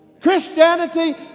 Christianity